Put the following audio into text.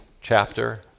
chapter